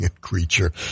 creature